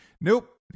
nope